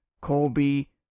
Colby